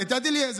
את יד אליעזר,